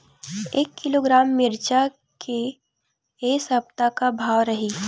एक किलोग्राम मिरचा के ए सप्ता का भाव रहि?